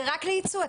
זה רק לייצוא.